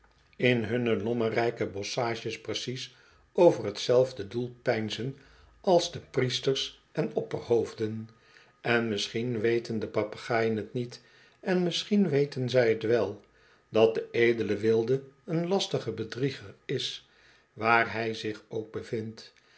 in hunne lommerrijke bosschages precies over t zelfde doel peinzen als de priesters en opperhoofden en misschien weten de papegaaien t niet en misschien weten zij t wel dat de edele wilde een lastige bedrieger is waar hij zich ook bevindt